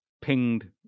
pinged